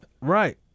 Right